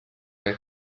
nel